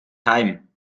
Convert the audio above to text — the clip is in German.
heim